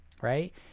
right